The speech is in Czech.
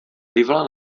plivala